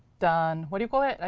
done what do you call it?